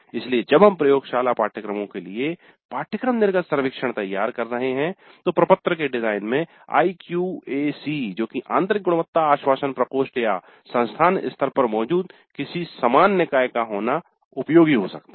इसलिए जब हम प्रयोगशाला पाठ्यक्रमों के लिए पाठ्यक्रम निर्गत सर्वेक्षण तैयार कर रहे हैं तो प्रपत्र के डिजाइन में आईक्यूएसी जो कि आंतरिक गुणवत्ता आश्वासन प्रकोष्ठ या संस्थान स्तर पर मौजूद किसी समान निकाय का होना उपयोगी हो सकता है